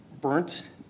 burnt